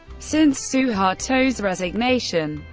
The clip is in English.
since suharto's resignation,